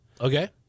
Okay